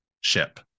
ship